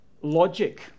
logic